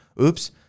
oops